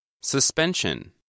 Suspension